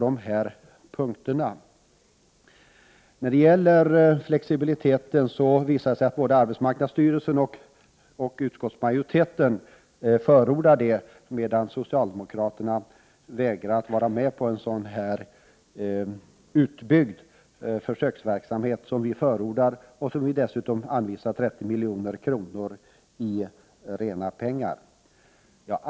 När det gäller flexibiliteten visar det sig att både arbetsmarknadsstyrelsen och utskottsmajoriteten förordar en utbyggd försöksverksamhet för 30 milj.kr. i rena pengar, medan socialdemokraterna vägrar att vara med.